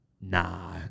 Nah